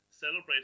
celebrate